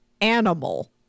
animal